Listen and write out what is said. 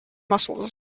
muscles